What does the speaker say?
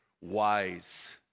wise